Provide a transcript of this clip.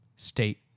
state